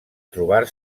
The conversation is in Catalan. trobar